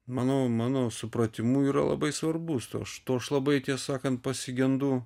manau mano supratimu yra labai svarbus to aš to labai ties sakant pasigendu